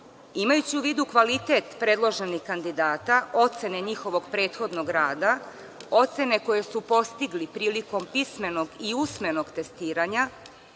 Imajući u vidu kvalitet predloženih kandidata, ocene njihovog prethodnog rada, ocene koje su postigli prilikom pismenog i usmenog testiranja,